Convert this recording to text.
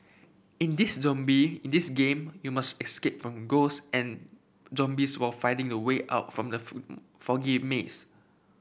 in this zombie in this game you must escape from ghost and zombies while finding the way out from the foggy maze